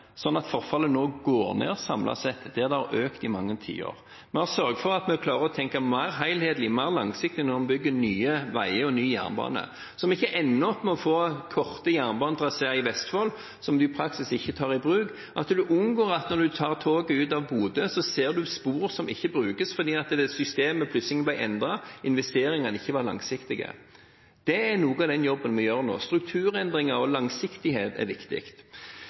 at forfallet nå samlet sett går ned, der det har økt i mange tiår. Vi har sørget for at vi klarer å tenke mer helhetlig, mer langsiktig, når en bygger nye veier og ny jernbane, slik at vi ikke ender med å få korte jernbanetraseer i Vestfold som de i praksis ikke tar i bruk, og at en unngår at når en tar toget ut av Bodø, ser spor som ikke brukes fordi systemet plutselig ble endret, og fordi investeringene ikke var langsiktige. Det er noe av den jobben vi gjør nå: Strukturendringer og langsiktighet er viktig.